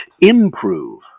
improve